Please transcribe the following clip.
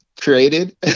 created